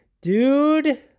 Dude